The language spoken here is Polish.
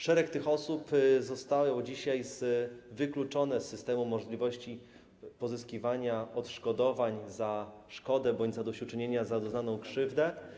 Szereg tych osób jest dzisiaj wykluczonych z systemu możliwości pozyskiwania odszkodowań za szkodę bądź zadośćuczynienia za doznaną krzywdę.